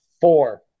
four